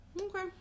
Okay